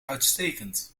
uitstekend